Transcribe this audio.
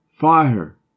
Fire